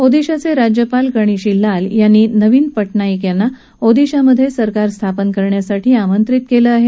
ओदिशाचे राज्यपाल गणेशी लाल यांनी नवीन पटनाईक यांना ओदिशामधे सरकार स्थापन करण्यासाठी आमंत्रित केलं आहे